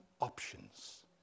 options